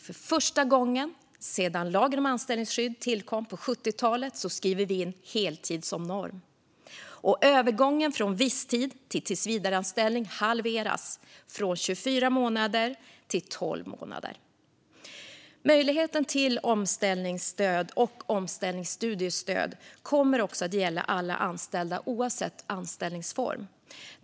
För första gången sedan lagen om anställningsskydd tillkom på 70-talet skriver vi in heltid som norm, och övergången från visstid till tillsvidareanställning sker vid 12 månader i stället för 24 månader, vilket är en halvering av tiden. Möjligheten till omställningsstöd och omställningsstudiestöd kommer också att gälla alla anställda oavsett anställningsform.